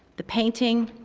the painting